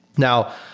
now,